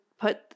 put